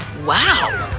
wow!